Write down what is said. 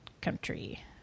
Country